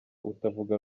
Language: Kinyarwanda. utavuga